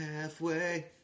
halfway